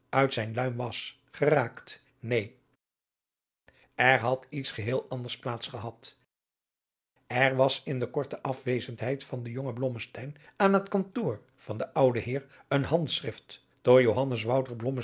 uit zijne luim was geraakt neen er had iets geheel anders plaats gehad er was in de korte afwezendheid van den jongen blommesteyn aan het kantoor van den ouden heer een handschrift door